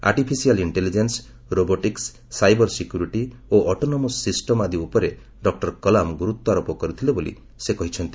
artificial intelligence robotics cyber security ଓ autonomous system ଆଦି ଉପରେ ଡକ୍କର କଲାମ ଗୁରୁତ୍ୱ ଆରୋପ କରିଥିଲେ ବୋଲି ସେ କହିଛନ୍ତି